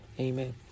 Amen